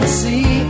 see